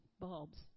bulbs